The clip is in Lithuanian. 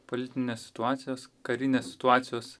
politinės situacijos karinės situacijos